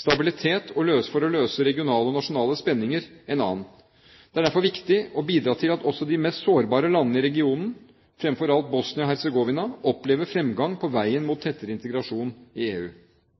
stabilitet for å løse regionale og nasjonale spenninger en annen. Det er derfor viktig å bidra til at også de mest sårbare landene i regionen – fremfor alt Bosnia-Hercegovina – opplever fremgang på veien mot tettere integrasjon i EU.